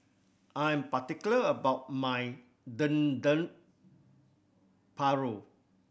I'm particular about my Dendeng Paru